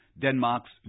Denmark's